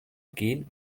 gen